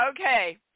okay